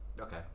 Okay